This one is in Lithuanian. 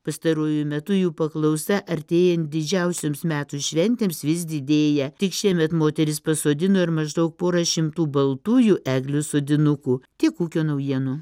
pastaruoju metu jų paklausa artėjant didžiausioms metų šventėms vis didėja tik šiemet moteris pasodino ir maždaug porą šimtų baltųjų eglių sodinukų tiek ūkio naujienų